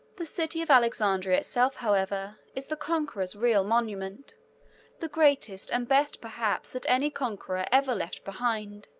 the city of alexandria itself, however, is the conqueror's real monument the greatest and best, perhaps, that any conqueror ever left behind